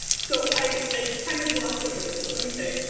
so i kind of glossed over this, but let me say,